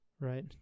Right